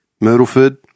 Myrtleford